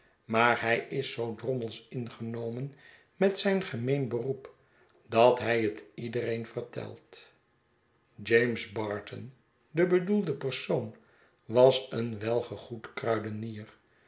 maar hij is zoo drommels ingenomen met zijn gemeen beroep dat hij het iedereen vertelt james barton de bedoelde persoon was een welgegoed kruidenier